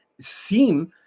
seem